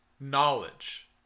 knowledge